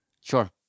sure